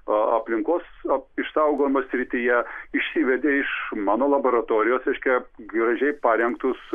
a aplinkos a išsaugomo srityje išsivedė iš mano laboratorijos reiškia gražiai parengtus